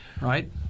Right